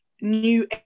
new